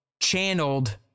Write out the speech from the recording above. channeled